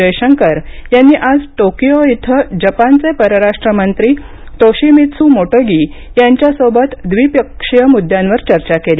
जयशंकर यांनी आज टोकियो इथं जपानचे परराष्ट्र मंत्री तोशिमित्सु मोटेगी यांच्यासोबत द्विपक्षीय मुद्द्यांवर चर्चा केली